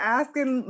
asking